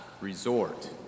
resort